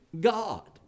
God